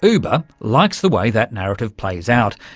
uber likes the way that narrative plays out,